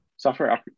Software